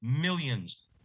millions